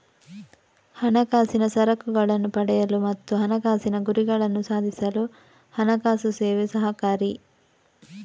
ಹಣಕಾಸಿನ ಸರಕುಗಳನ್ನ ಪಡೆಯಲು ಮತ್ತು ಹಣಕಾಸಿನ ಗುರಿಗಳನ್ನ ಸಾಧಿಸಲು ಹಣಕಾಸು ಸೇವೆ ಸಹಕಾರಿ